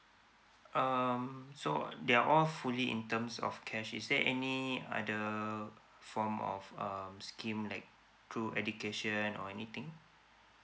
um so they're all fully in terms of cash is there any other form of um scheme like through education or anything